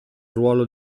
ruolo